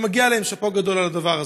מגיע להם שאפו גדול על הדבר הזה.